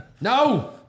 No